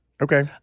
Okay